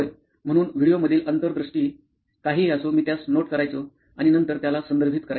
म्हणून व्हिडिओमधील अंतर् दृष्टी काहीही असो मी त्यास नोट करायचो आणि नंतर त्याला संदर्भित करायचो